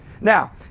Now